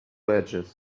edges